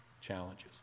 challenges